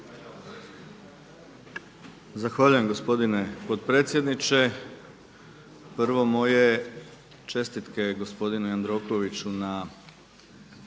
Zahvaljujem gospodine potpredsjedniče. Prvo moje čestitke gospodinu Jandrokoviću na